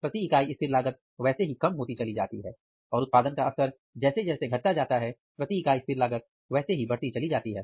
प्रति इकाई स्थिर लागत वैसे ही कम होती चली जाती है और उत्पादन का स्तर जैसे घटता जाता है प्रति इकाई स्थिर लागत वैसे ही बढ़ती चली जाती है